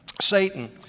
Satan